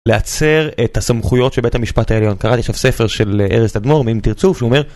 לעצר את הסמכויות של בית המשפט העליון. קראתי עכשיו ספר של ארז תדמור, מאם תרצו, שאומר...